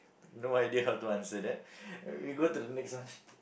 no idea how to answer that we go to the next one